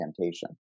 temptation